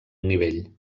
nivell